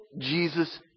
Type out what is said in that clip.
Jesus